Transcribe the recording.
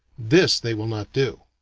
this they will not do.